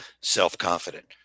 self-confident